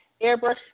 Airbrush